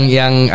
yang